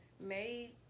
made